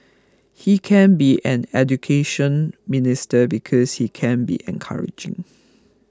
he can be an Education Minister because he can be encouraging